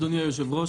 אדוני היושב-ראש,